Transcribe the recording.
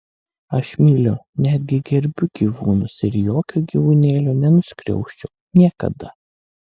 aš myliu netgi gerbiu gyvūnus ir jokio gyvūnėlio nenuskriausčiau niekada